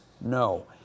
no